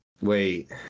wait